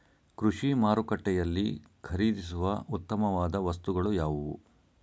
ಕೃಷಿ ಮಾರುಕಟ್ಟೆಯಲ್ಲಿ ಖರೀದಿಸುವ ಉತ್ತಮವಾದ ವಸ್ತುಗಳು ಯಾವುವು?